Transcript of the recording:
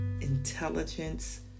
intelligence